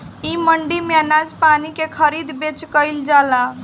इ मंडी में अनाज पानी के खरीद बेच कईल जाला